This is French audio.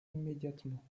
immédiatement